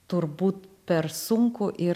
turbūt per sunku ir